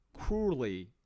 cruelly